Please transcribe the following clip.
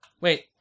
Wait